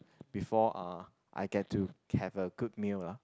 before uh I get to have a good meal lah